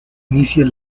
inicia